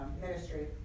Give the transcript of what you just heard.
ministry